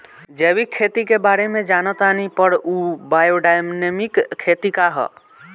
जैविक खेती के बारे जान तानी पर उ बायोडायनमिक खेती का ह?